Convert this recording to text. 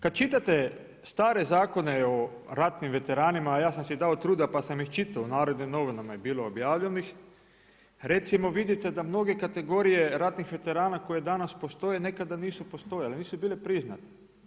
Kada čitate stre zakone o ratnim veteranima, a ja sam si dao truda pa sam ih čitao u NN je bilo objavljenih, recimo vidite da mnoge kategorije ratnih veterana koje danas postoje nekada nisu postojale, nisu bile priznate.